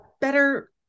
better